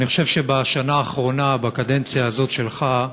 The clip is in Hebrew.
אני חושב שבשנה האחרונה, בקדנציה הזאת שלך,